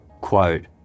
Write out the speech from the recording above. Quote